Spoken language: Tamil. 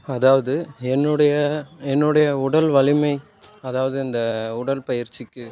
அதாவது என்னுடைய என்னுடைய உடல் வலிமை அதாவது இந்த உடல்பயிற்சிக்கு